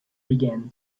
began